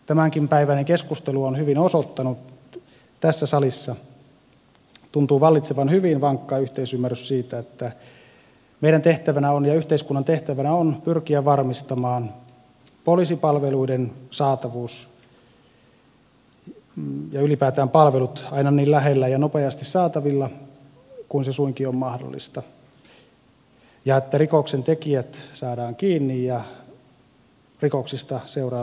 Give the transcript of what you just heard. kuten tämänpäiväinenkin keskustelu on hyvin osoittanut tässä salissa tuntuu vallitsevan hyvin vankka yhteisymmärrys siitä että meidän ja yhteiskunnan tehtävänä on pyrkiä varmistamaan poliisipalveluiden saatavuus ja ylipäätään se että palvelut ovat aina niin lähellä ja nopeasti saatavilla kuin se suinkin on mahdollista ja se että rikoksentekijät saadaan kiinni ja rikoksista seuraa myös rangaistus